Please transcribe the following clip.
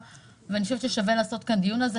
אני חושבת ששווה לקיים כאן דיון על כך.